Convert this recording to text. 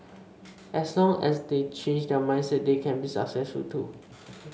as long as they change their mindsets they can be successful too